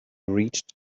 reached